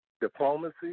diplomacy